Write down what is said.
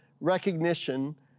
recognition